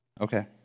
Okay